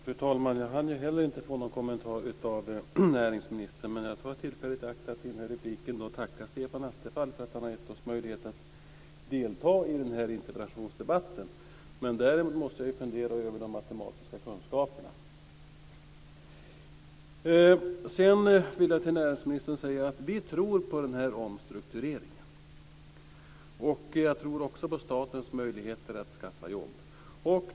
Fru talman! Inte heller jag hann att få någon kommentar av näringsministern, men jag vill ta tillfället i akt och tacka Stefan Attefall för att han har gett oss möjlighet att delta i den här interpellationsdebatten. Däremot måste jag fundera över de matematiska kunskaperna. Till näringsministern vill jag säga att vi tror på den här omstruktureringen. Jag tror också på statens möjligheter att skapa jobb. Fru talman!